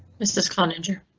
mrs khan injure.